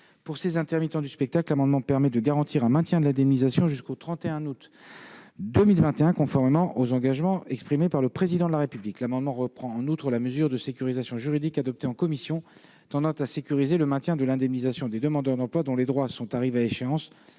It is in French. Pour ces intermittents du spectacle, l'amendement permettra, s'il est adopté, de garantir un maintien de l'indemnisation jusqu'au 31 août 2021, conformément aux engagements pris par le Président de la République. L'amendement reprend en outre la mesure de sécurisation juridique adoptée en commission tendant à sécuriser le maintien de l'indemnisation des demandeurs d'emploi dont les droits sont arrivés à échéance